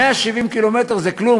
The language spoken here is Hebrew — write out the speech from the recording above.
170 ק"מ זה כלום.